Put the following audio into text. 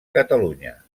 catalunya